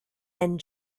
and